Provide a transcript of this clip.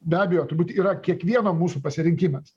be abejo turbūt yra kiekvieno mūsų pasirinkimas